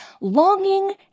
longing